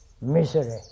misery